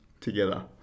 together